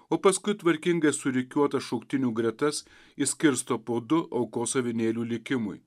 o paskui tvarkingai surikiuotas šauktinių gretas išskirsto po du aukos avinėlių likimui